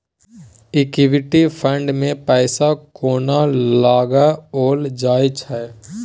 Equity fund मे पैसा कोना लगाओल जाय छै?